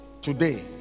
Today